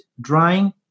drying